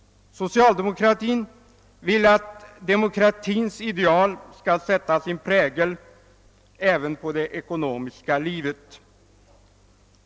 Socialdemokratin vill att demokratins ideal skall sätta sin prägel även på det ekonomiska livet.